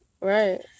Right